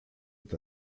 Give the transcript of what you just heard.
est